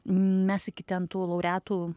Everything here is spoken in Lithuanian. mes iki ten tų laureatų